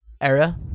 era